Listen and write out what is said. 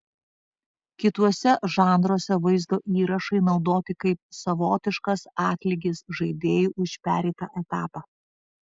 kituose žanruose vaizdo įrašai naudoti kaip savotiškas atlygis žaidėjui už pereitą etapą